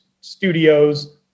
studios